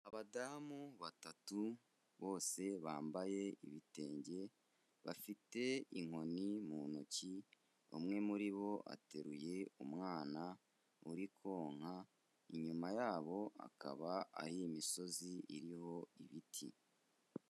Abadamu batatu bose bambaye ibitenge, bafite inkoni mu ntoki, umwe muri bo ateruye umwana uri konka, inyuma yabo akaba ari imisozi iriho ibiti.